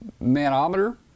manometer